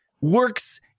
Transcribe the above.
works